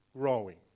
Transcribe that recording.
growing